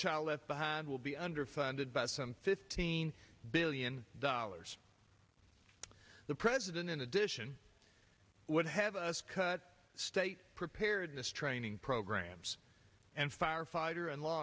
child left behind will be underfunded by some fifteen billion dollars the president in addition would have us cut state preparedness training programs and firefighter and law